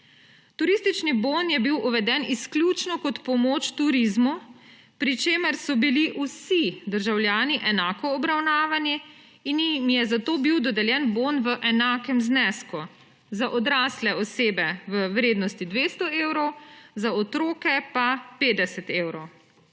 Turistični bon je bil uveden izključno kot pomoč turizmu, pri čemer so bili vsi državljani enako obravnavani in jim je zato bil dodeljen bon v enakem znesku: za odrasle osebe v vrednosti 200 evrov, za otroke pa 50 evrov.